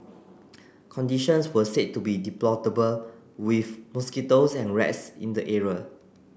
conditions were said to be deplorable with mosquitoes and rats in the area